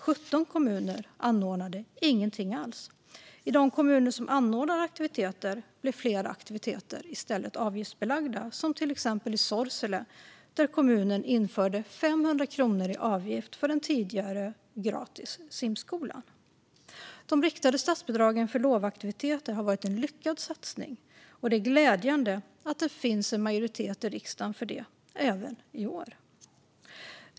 17 kommuner anordnade ingenting alls. I de kommuner som anordnade aktiviteter blev flera aktiviteter i stället avgiftsbelagda, till exempel i Sorsele där kommunen införde en avgift på 500 kronor för den simskola som tidigare hade varit gratis. De riktade statsbidragen för lovaktiviteter har varit en lyckad satsning, och det är glädjande att det finns en majoritet i riksdagen för det även i år.